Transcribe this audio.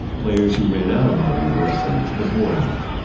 players who ran out of money were sent to the poorhouse.